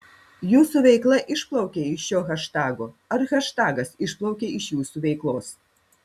jūsų veikla išplaukė iš šio haštago ar haštagas išplaukė iš jūsų veiklos